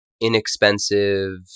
inexpensive